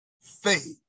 faith